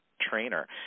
trainer